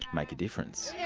make a difference? yeah